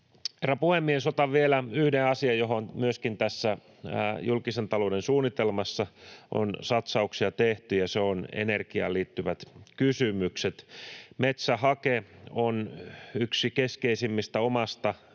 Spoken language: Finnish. puhemies! Otan vielä yhden asian, johon myöskin tässä julkisen talouden suunnitelmassa on satsauksia tehty, ja se on energiaan liittyvät kysymykset. Metsähake on yksi keskeisimmistä.